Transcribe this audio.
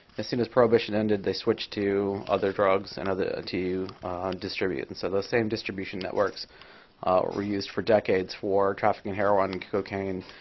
as soon as probation ended, they switched to other drugs and to distribute. and so those same distribution networks we used for decades for trafficking heroin, cocaine,